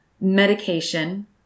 medication